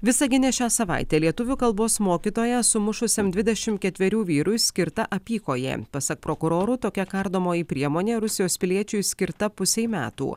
visagine šią savaitę lietuvių kalbos mokytoją sumušusiam dvidešim ketverių vyrui skirta apykojė pasak prokurorų tokia kardomoji priemonė rusijos piliečiui skirta pusei metų